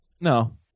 No